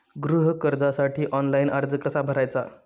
गृह कर्जासाठी ऑनलाइन अर्ज कसा भरायचा?